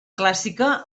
clàssica